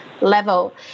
level